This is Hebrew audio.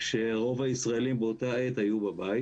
כשרוב הישראלים באותה עת היו בבית.